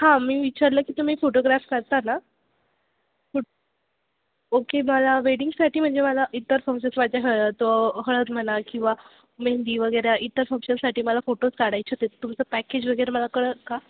हां मी विचारलं की तुम्ही फोटोग्राफ करता ना फुट ओके मला वेडिंगसाठी म्हणजे मला इतर फंक्शन म्हणजे हळद हळद म्हणा किंवा मेहंदी वगैरे इतर फंक्शनसाठी मला फोटोज काढायचे होते तुमचं पॅकेज वगैरे मला कळेल का